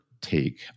take